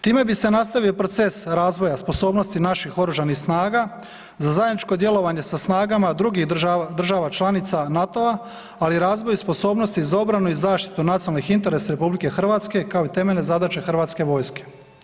Time bi se nastavio proces razvoja sposobnosti naših Oružanih snaga za zajedničko djelovanje sa snagama drugih država članica NATO-a ali i razvoj sposobnosti za obranu i zaštitu nacionalnih interesa RH kao i temeljne zadaće Hrvatske vojske.